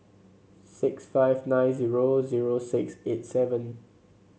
six five nine zero zero six eight seven